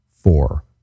four